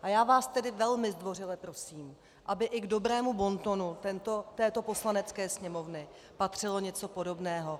A já vás tedy velmi zdvořile prosím, aby i k dobrému bontonu této Poslanecké sněmovny patřilo něco podobného.